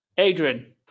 Adrian